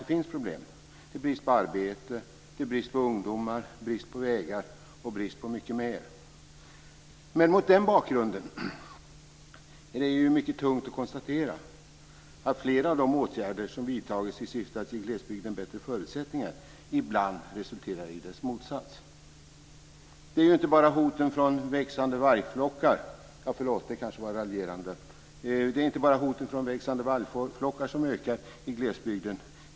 Det råder brist på arbete, brist på ungdomar, brist på vägar och brist på mycket mer. Mot den bakgrunden är det mycket tungt att konstatera att flera av de åtgärder som vidtagits i syfte att ge glesbygden bättre förutsättningar ibland resulterar i dess motsats. Det är inte bara hoten från växande vargflockar - förlåt, det kanske var raljerande - som ökar i glesbygden.